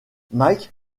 mike